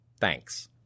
Thanks